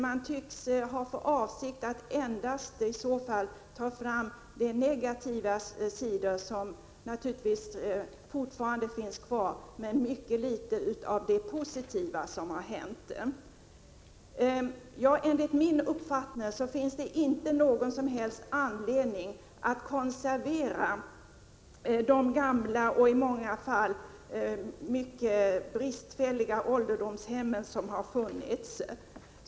Man tycks ha för avsikt att främst ta fram de negativa sidor som naturligtvis fortfarande finns kvar och mycket litet av det positiva som har hänt. Enligt min uppfattning finns det inte någon som helst anledning att konservera de gamla och i många fall mycket bristfälliga ålderdomshem som har funnits.